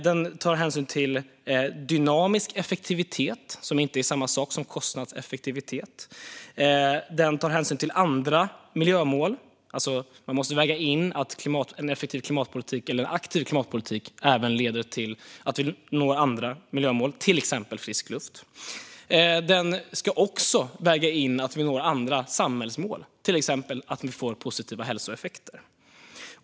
Den tar hänsyn till dynamisk effektivitet, som inte är samma sak som kostnadseffektivitet, och den tar hänsyn till andra miljömål. Man måste alltså väga in att en aktiv klimatpolitik även leder till att vi når andra miljömål, till exempel frisk luft. Den ska också väga in att vi når andra samhällsmål, till exempel positiva hälsoeffekter.